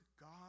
God